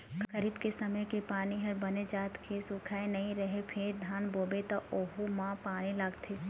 खरीफ के समे के पानी ह बने जात के सुखाए नइ रहय फेर धान बोबे त वहूँ म पानी लागथे